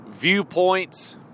Viewpoints